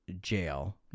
Jail